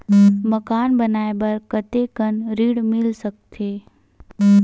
मकान बनाये बर कतेकन ऋण मिल सकथे?